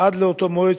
עד לאותו מועד,